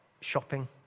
Shopping